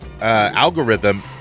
algorithm